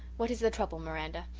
what is the trouble, miranda?